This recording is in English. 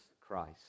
Christ